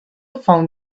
found